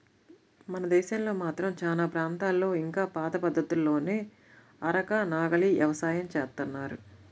మన దేశంలో మాత్రం చానా ప్రాంతాల్లో ఇంకా పాత పద్ధతుల్లోనే అరక, నాగలి యవసాయం జేత్తన్నారు